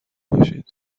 باشید